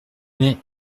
mais